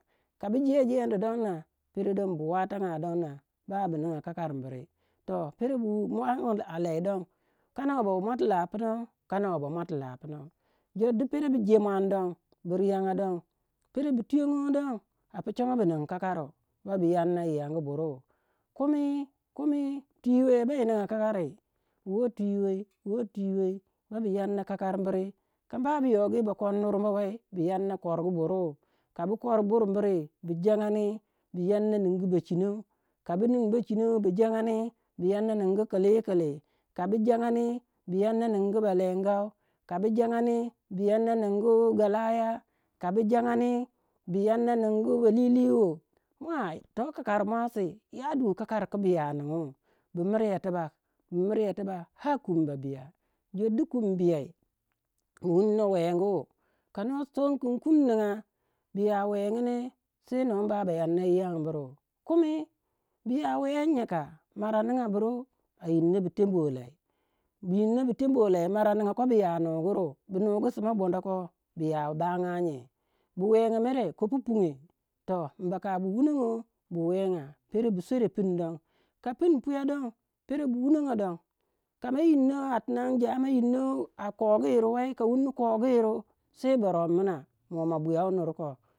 Ka bu jei jendi don nah pero don bu watanga don nah ba bu ninga kakari buri, toh pero bu mua- ang- a lei don, kana we ba muati lapinau, kanawe ba muati lapinau. Jor di pere bu je muan don bu riyanga don, pere bu tuyongo don a pu chongou bu ning kakaru ba bu yanna yiyangu buro, kumi kumi twi we bai ninga kakari. Woh twi wei, woh twi wei ba bu yanna kakari miri. Ka amba bu yogi ba kor nurba wai bu yanna korgu buru, ka bu kor bur biri bu jangani bu yanna ningu bachino, ka bu ning bachino bu jangandi bu yanna ningu kilili, ka ka bu jangandi bu yanna ningu balengau, kabu jangandi bu yana ningu galaya, ka bu jangandi bu yanna ningu balilio mua to kakari muasi ya du kakari ki bu ya ningu, bu miryo tubak, bu miryo tubak har kum ba biyah. Jor du kum biyei bu wunno wengu. Ka noh som kin kum ninga buya wengu ne sei nuwaba ba yanna yiyangburu, kumi buya weni nyeka. Marau ninga buru. A yinno bu tembuwe lei, bu yinno bu tebuwe lei mara ninga ko buya nuguru, bu nugu sima bondo koh buya bagai nye bu wenga mere kopu punge toh mbaka bu wunongo bu wenge, pero bu swera pun don ka pun puyei don pero bu wunongo don. Ka ma yinno a- tinang jamoh yinno a- kogu yiru wei ka wunni kogu yiru sei ba rommuna moh ma buya wu nur ko.